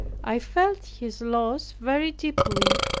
i felt his loss very deeply,